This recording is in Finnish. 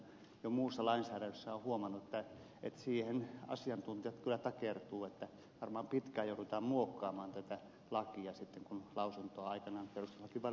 jo muussa lainsäädännössä olen huomannut että siihen asiantuntijat kyllä takertuvat että varmaan pitkään joudutaan muokkaamaan tätä lakia sitten kun lausuntoa aikanaan perustuslakivaliokunnassa annetaan